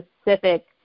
specific